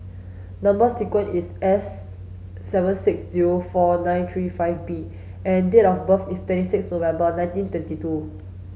number sequence is S seven six zero four nine three five B and date of birth is twenty six November nineteen twenty two